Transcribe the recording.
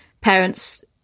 parents